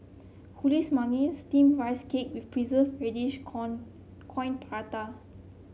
Kuih Manggis steamed Rice Cake with Preserved Radish con Coin Prata